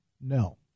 No